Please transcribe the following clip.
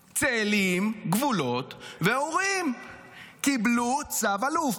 צאלים, גבולות ואורים קיבלו צו אלוף.